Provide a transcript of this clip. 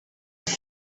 els